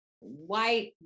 white